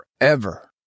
forever